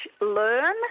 learn